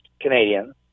Canadians